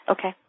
Okay